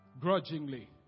grudgingly